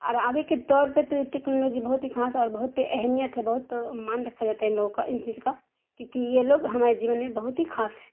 اور آگے کے طور پہ تو یہ ٹیکنالوجی بہت ہی خاص ہے اور بہت ہی اہمیت ہے بہت مان رکھا جاتا ہے ان لوگوں کا ان چیز کا کیونکہ یہ لوگ ہمارے جیون میں بہت ہی خاص ہے